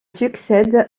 succède